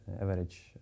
average